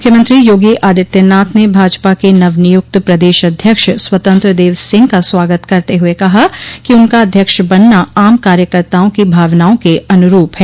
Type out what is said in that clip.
मुख्यमंत्री योगी आदित्यनाथ ने भाजपा के नव नियुक्त प्रदेश अध्यक्ष स्वतंत्र देव सिंह का स्वागत करते हुए कहा कि उनका अध्यक्ष बनना आम कार्यकर्ताओं की भावनाओं के अनुरूप है